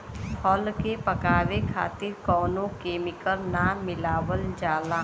फल के पकावे खातिर कउनो केमिकल ना मिलावल जाला